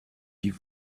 die